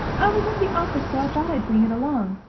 i was at the office, so i thought i'd bring it along.